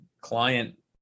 client